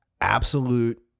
absolute